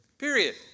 Period